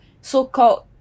So-called